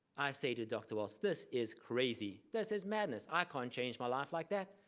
i say to dr. walts this is crazy this is madness i can't change my life like that.